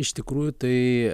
iš tikrųjų tai